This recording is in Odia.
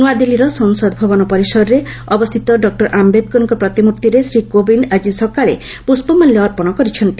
ନ୍ତଆଦିଲ୍ଲୀର ସଂସଦ ଭବନ ପରିସରରେ ଅବସ୍ଥିତ ଡକୁର ଆୟେଦ୍କରଙ୍କ ପ୍ରତିମ୍ଭିରେ ଶ୍ରୀ କୋବିନ୍ଦ୍ ଆଜି ସକାଳେ ପୁଷ୍ପମାଲ୍ୟ ଅର୍ପଣ କରିଛନ୍ତି